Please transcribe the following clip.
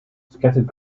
scattered